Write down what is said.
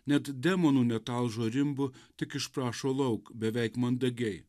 net demonų netalžo rimbu tik išprašo lauk beveik mandagiai